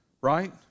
right